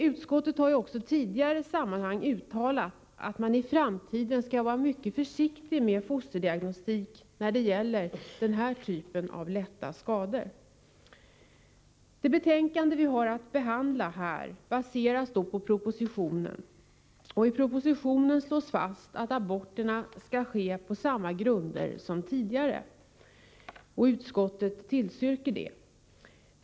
Utskottet har ju också i tidigare sammanhang uttalat att man i framtiden skall vara mycket försiktig med fosterdiagnostik när det gäller den här typen av lätta skador. Det betänkande vi har att behandla här baseras på propositionen om familjeplanering och abortvård. I propositionen slås fast att aborterna skall ske på samma grunder som tidigare. Utskottet tillstyrker detta förslag.